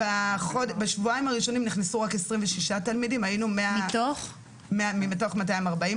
בשבועיים הראשונים נכנסו רק 26 תלמידים מתוך 240,